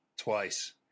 twice